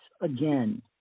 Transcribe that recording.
again